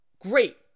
great